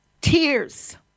tears